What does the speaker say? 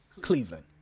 Cleveland